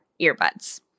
earbuds